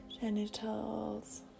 genitals